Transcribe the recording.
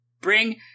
Bring